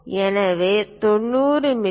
எனவே 90 மி